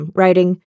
writing